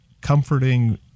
comforting